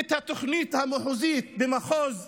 את התוכנית המחוזית במחוז דרום,